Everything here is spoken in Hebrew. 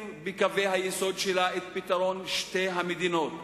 בקווי היסוד שלה את פתרון שתי המדינות,